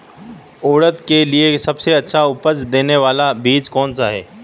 उड़द के लिए सबसे अच्छा उपज देने वाला बीज कौनसा है?